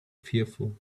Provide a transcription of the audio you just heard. fearful